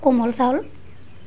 কোমল চাউল